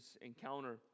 encounter